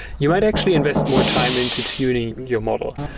you might actually invest more time into tuning your model.